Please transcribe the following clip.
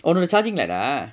one of the charging like that